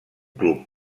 club